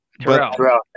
Terrell